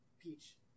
Peach